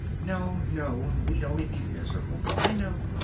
no! no! we'd only be miserable. i know.